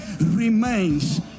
remains